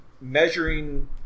measuring